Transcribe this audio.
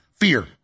Fear